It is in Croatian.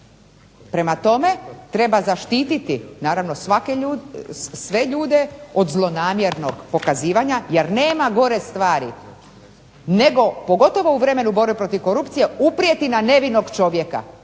Prema tome, treba zaštititi sve ljude od zlonamjernog pokazivanja, jer nema gore stvari nego pogotovo u vremenu borbe protiv korupcije uprijeti na nevinog čovjeka.